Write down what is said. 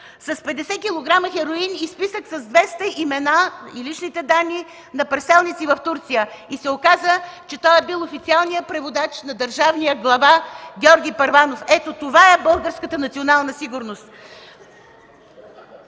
с 50 килограма хероин и списък с 200 имена и личните данни на преселници в Турция. Оказа се, че той е бил официалният преводач на държавния глава Георги Първанов. Ето това е българската национална сигурност.